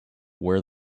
wear